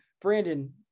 Brandon